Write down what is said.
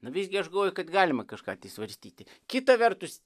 na visgi aš galvoju kad galima kažką svarstyti kita vertus